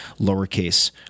lowercase